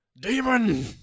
Demon